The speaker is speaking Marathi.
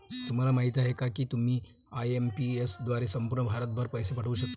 तुम्हाला माहिती आहे का की तुम्ही आय.एम.पी.एस द्वारे संपूर्ण भारतभर पैसे पाठवू शकता